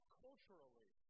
culturally